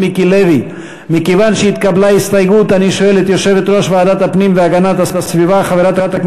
הסתייגויות 2, 3 ו-4,